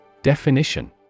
Definition